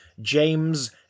James